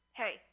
hey